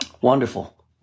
Wonderful